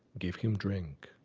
give him drink,